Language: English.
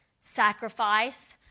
sacrifice